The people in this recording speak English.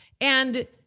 and-